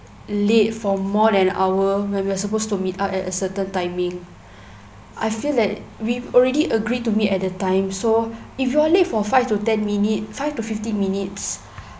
late for more than hour when we are supposed to meet up at a certain timing I feel like we've already agreed to meet at the time so if you are late for five to ten minute five to fifteen minutes